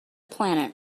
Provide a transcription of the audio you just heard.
planet